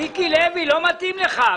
מיקי לוי, לא מתאים לך.